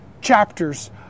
chapters